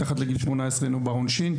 מתחת לגיל 18, אינו בר עונשין.